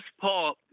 Paul